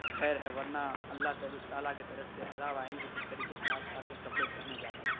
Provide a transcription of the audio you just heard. خیر ہے ورنہ اللہ تعالیٰ کے طرف سے عذاب آئیں گے جس طریقے سے آج کل کے کپڑے پہنے جاتے ہیں